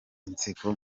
inseko